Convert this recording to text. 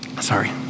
Sorry